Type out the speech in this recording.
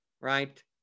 right